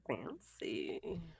fancy